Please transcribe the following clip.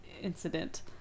incident